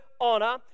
honor